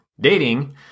dating